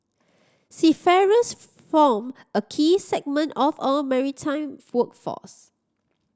seafarers form a key segment of our maritime workforce